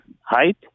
height